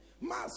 mass